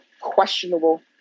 questionable